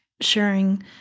sharing